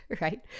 right